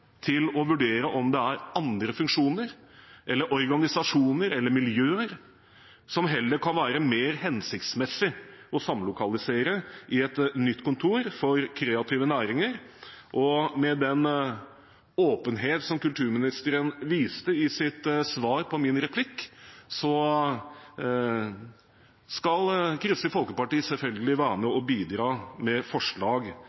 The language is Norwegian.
til å vurdere om det er andre funksjoner eller organisasjoner eller miljøer som det kan være mer hensiktsmessig heller å samlokalisere i et nytt kontor for kreative næringer. Og med tanke på den åpenhet som kulturministeren viste i sitt svar på min replikk, skal Kristelig Folkeparti selvfølgelig være med